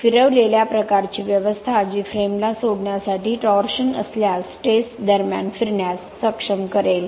फिरवलेल्या प्रकारची व्यवस्था जी फ्रेमला सोडण्यासाठी टॉर्शन असल्यास टेस्ट दरम्यान फिरण्यास सक्षम करेल